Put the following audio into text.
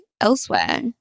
elsewhere